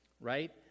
right